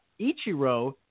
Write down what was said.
Ichiro